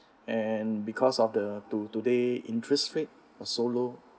and because of the to~ today interest rate so low